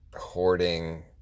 hoarding